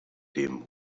dem